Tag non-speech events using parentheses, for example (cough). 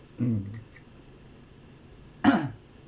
mm (coughs)